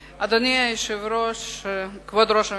אדוני היושב-ראש, כבוד ראש הממשלה,